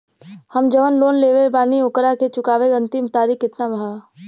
हम जवन लोन लेले बानी ओकरा के चुकावे अंतिम तारीख कितना हैं?